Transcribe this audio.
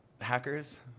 hackers